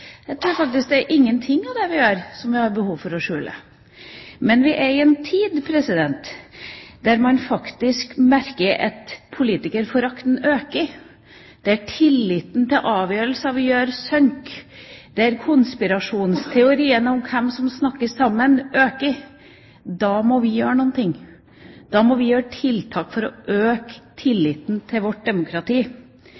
Jeg tror faktisk det ikke er noe av det vi gjør som vi har behov for å skjule. Men vi er i en tid da man merker at politikerforakten øker, da tilliten til avgjørelser vi tar, synker, da konspirasjonsteoriene om hvem som snakker sammen, blir flere. Da må vi gjøre noe. Da må vi sette i verk tiltak for å øke tilliten til